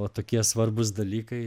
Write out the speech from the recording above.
o tokie svarbūs dalykai